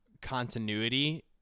continuity